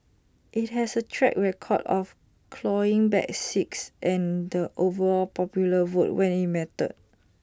IT has A track record of clawing back six and the overall popular vote when IT mattered